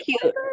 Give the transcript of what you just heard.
cute